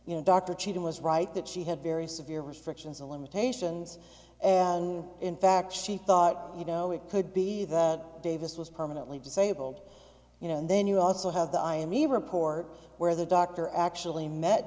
you know dr cheatin was right that she had very severe restrictions and limitations and in fact she thought you know it could be that davis was permanently disabled you know and then you also have the i mean report where the doctor actually met